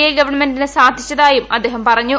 A ഗവൺമെന്റിന് സാധിച്ചതായും അദ്ദേഹം പറഞ്ഞു